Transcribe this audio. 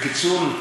בקיצור,